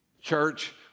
church